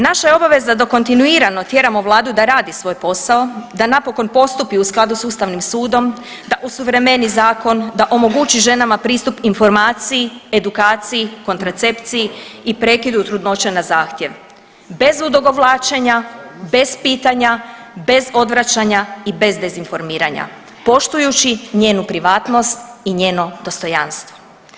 Naša je obaveza da kontinuirano tjeramo vladu da radi svoj posao, da napokon postupi u skladu s ustavnim sudom, da usuvremeni zakon, da omogući ženama pristup informaciji, edukaciji, kontracepciji i prekidu trudnoće na zahtjev bez odugovlačenja, bez pitanja, bez odvraćanja i bez dezinformiranja, poštujući njenu privatnost i njeno dostojanstvo.